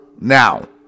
now